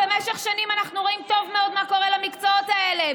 במשך שנים אנחנו רואים טוב מאוד מה קורה למקצועות האלה,